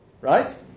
Right